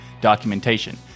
documentation